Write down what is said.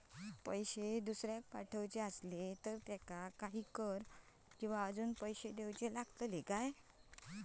पैशे दुसऱ्याक पाठवूचे आसले तर त्याका काही कर किवा अजून पैशे देऊचे लागतत काय?